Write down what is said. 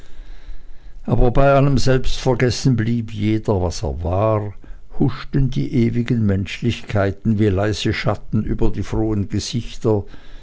aber bei allem selbstvergessen blieb jeder was er war und huschten die ewigen menschlichkeiten wie leise schatten über die frohen gesichter